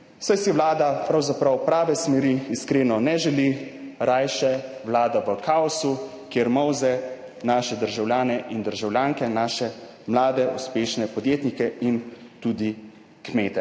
saj si Vlada pravzaprav prave smeri iskreno ne želi, rajše vlada v kaosu, kjer molze naše državljane in državljanke, naše mlade, uspešne podjetnike in tudi kmete.